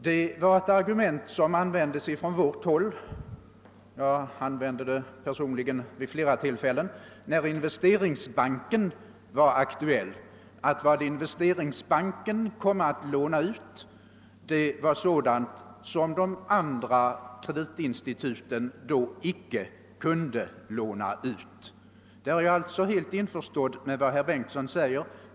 Det var ett argument som användes från vårt håll — jag nyttjade det personligen vid flera tillfällen — när Investeringsbanken var aktuell: vad Investeringsbanken komme att låna ut var sådant som de andra kreditinstituten då icke kunde låna ut. Jag är alltså härvidlag helt införstådd med herr Bengtssons uppfattning.